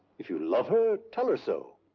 if you love her, tell her so.